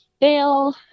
fail